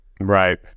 Right